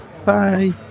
Bye